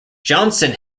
johnson